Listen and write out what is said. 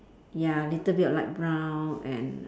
ya little bit of light brown and